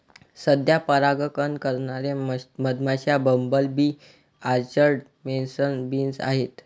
सध्या परागकण करणारे मधमाश्या, bumble bee, orchard mason bees आहेत